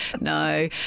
No